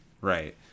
Right